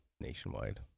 nationwide